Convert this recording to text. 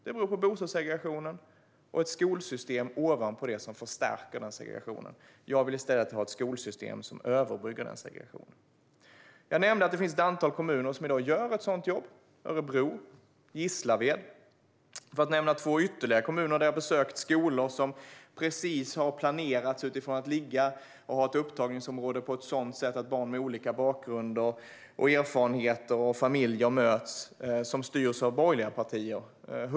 Det beror på bostadssegregationen och på ett skolsystem ovanpå som förstärker denna segregation. Jag vill i stället ha ett skolsystem som överbryggar segregationen. Jag nämnde att det finns ett antal kommuner som i dag gör ett sådant jobb. Örebro och Gislaved är två av dem. Huddinge och Gävle är två ytterligare kommuner, som styrs av borgerliga partier, där jag har besökt skolor som har planerats utifrån att de ska ligga och ha ett upptagningsområde på ett sådant sätt att barn med olika bakgrunder, erfarenheter och familjer möts.